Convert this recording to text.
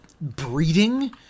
breeding